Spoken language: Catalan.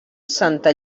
santa